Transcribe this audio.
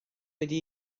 wedi